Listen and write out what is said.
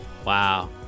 Wow